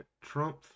trump